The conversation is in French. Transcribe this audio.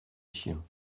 chiens